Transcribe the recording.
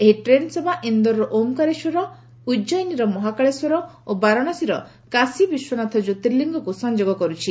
ଏହି ଟ୍ରେନ୍ସେବା ଇନ୍ଦୋରର ଓମ୍କାରେଶ୍ୱର ଉଜୟିନୀର ମହାକାଳେଶ୍ୱର ଓ ବାରଣାସୀର କାଶୀବିଶ୍ୱନାଥ ଜ୍ୟୋତିର୍ଲିଙ୍ଗକୁ ସଂଯୋଗ କରୁଛି